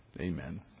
Amen